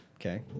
Okay